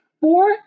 four